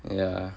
ya